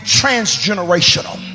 transgenerational